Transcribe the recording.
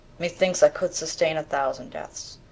methinks i could sustain a thousand deaths,